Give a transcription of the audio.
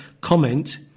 comment